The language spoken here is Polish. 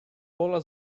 pola